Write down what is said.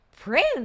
prince